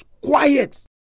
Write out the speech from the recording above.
Quiet